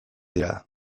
dira